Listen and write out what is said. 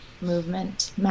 movement